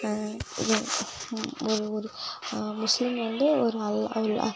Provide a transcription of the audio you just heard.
ஒரு ஒரு முஸ்லீம் வந்து ஒரு அல்